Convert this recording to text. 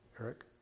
Eric